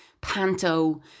panto